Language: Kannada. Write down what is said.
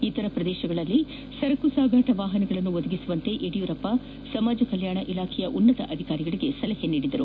ಇತರ ಪ್ರದೇಶಗಳಲ್ಲಿ ಸರಕು ಸಾಗಣೆ ವಾಹನಗಳನ್ನು ಒದಗಿಸುವಂತೆ ಯಡಿಯೂರಪ್ಪ ಸಮಾಜ ಕಲ್ಯಾಣ ಇಲಾಖೆ ಉನ್ನತ ಅಧಿಕಾರಿಗಳಿಗೆ ಸಲಹೆ ನೀಡಿದರು